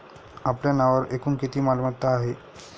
आपल्या नावावर एकूण किती मालमत्ता आहेत?